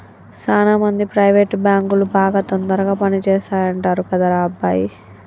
సాన మంది ప్రైవేట్ బాంకులు బాగా తొందరగా పని చేస్తాయంటరు కదరా అబ్బాయి